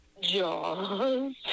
Jaws